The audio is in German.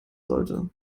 sollte